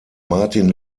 martin